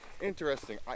interesting